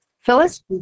Phyllis